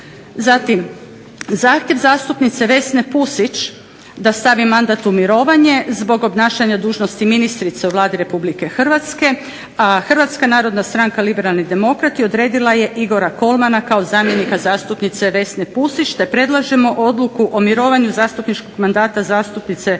Zatim zahtjev zastupnice Vesne Pusić da stavlja svoj mandat u mirovanje zbog obnašanja dužnosti ministrice u Vladi Republike Hrvatske a Hrvatska narodna stranka Liberalni demokrati odredila je Igora Kolmana kao zamjenika zastupnice Vesne Pusić, te predlažemo Hrvatskom saboru da donese Odluku o mirovanju zastupničkog mandata zastupnice Vesne